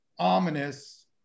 ominous